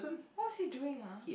what was he doing ah